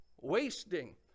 wasting